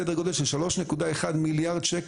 סדר גודל של 3.1 מיליארד ש"ח,